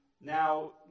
Now